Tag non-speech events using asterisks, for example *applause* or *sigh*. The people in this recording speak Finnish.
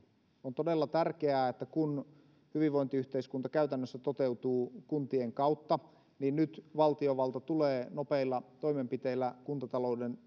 on todella tärkeää että kun hyvinvointiyhteiskunta käytännössä toteutuu kuntien kautta niin nyt valtiovalta tulee nopeilla toimenpiteillä kuntatalouden *unintelligible*